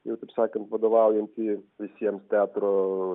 jau taip sakant vadovaujantįjį visiems teatro